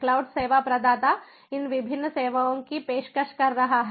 cloud सेवा प्रदाता इन विभिन्न सेवाओं की पेशकश कर रहा है